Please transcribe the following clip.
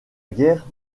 guerre